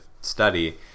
study